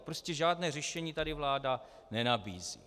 Prostě žádné řešení tady vláda nenabízí.